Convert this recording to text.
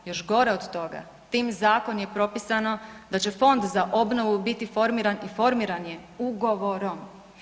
Još gore od toga, tim zakonom je propisano da će Fond za obnovu biti formiran i formiran je ugovorom.